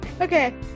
Okay